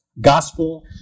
Gospel